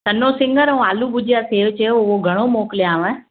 सञो सिङर ऐं आलू भुजिया सेव चयो हो घणो मोकिलियांव